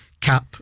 cap